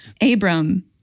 Abram